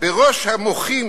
בראש המוחים